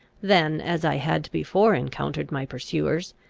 than, as i had before encountered my pursuers,